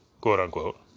quote-unquote